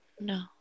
No